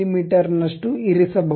me ನಷ್ಟು ಇರಿಸಬಹುದು